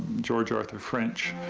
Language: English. george arthur french,